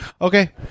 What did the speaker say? Okay